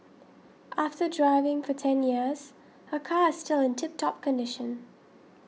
after driving for ten years her car still in tip top condition